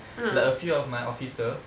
like a few of my officer